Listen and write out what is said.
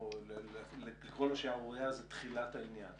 לקרוא לו שערורייה זה תחילת העניין.